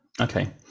Okay